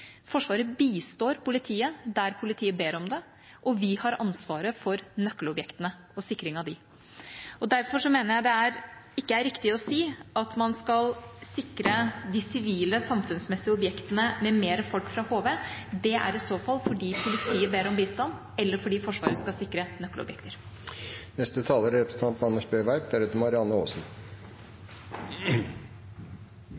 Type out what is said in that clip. Forsvaret bistår politiet der politiet ber om det, og vi har ansvaret for nøkkelobjektene og sikring av dem. Derfor mener jeg det ikke er riktig å si at man skal sikre de sivile samfunnsmessige objektene med mer folk fra HV. Det er i så fall fordi politiet ber om bistand, eller fordi Forsvaret skal sikre nøkkelobjekter. Først og fremst en kommentar til representanten